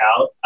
out